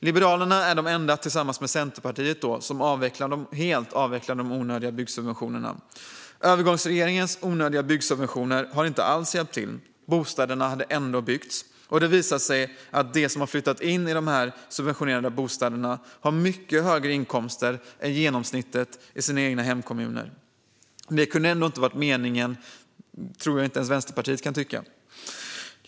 Liberalerna är tillsammans med Centerpartiet de enda som helt avvecklar de onödiga byggsubventionerna. Övergångsregeringens onödiga byggsubventioner har inte alls hjälpt. Bostäderna hade ändå byggts, och det visar sig att de som har flyttat in i de subventionerade bostäderna har mycket högre inkomster än genomsnittet i sina hemkommuner. Detta kan väl ändå inte ha varit meningen; det tror jag inte ens att Vänsterpartiet kan tycka.